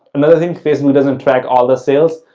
another thing, facebook doesn't track all the sales.